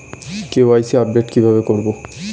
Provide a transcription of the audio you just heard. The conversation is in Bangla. কে.ওয়াই.সি আপডেট কি ভাবে করবো?